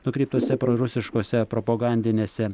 nukreiptose prorusiškose propagandinėse